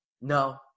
no